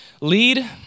lead